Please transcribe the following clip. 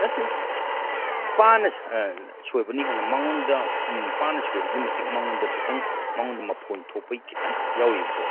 ꯅꯠꯇꯦ ꯄꯥꯅ ꯁꯣꯏꯕꯅ ꯍꯦꯟꯅ ꯃꯉꯣꯟꯗ ꯄꯥꯅ ꯁꯣꯏꯔꯤꯒꯤ ꯃꯇꯤꯛ ꯃꯉꯣꯟꯗ ꯈꯤꯇꯪ ꯃꯉꯣꯟꯗ ꯃꯐꯣꯟ ꯊꯣꯛꯄꯩ ꯈꯤꯇꯪꯈꯛ ꯌꯥꯎꯔꯤꯕꯀꯣ